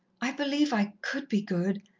i believe i could be good.